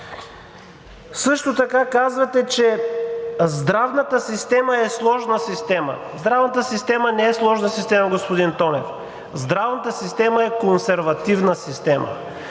Също така казвате, че здравната система е сложна система. Здравната система не е сложна система, господин Тонев! Здравната система е консервативна система,